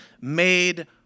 made